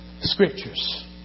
scriptures